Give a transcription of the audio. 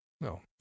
no